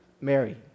Mary